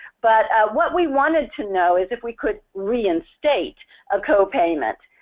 but what we wanted to know is if we could reinstate a copayment.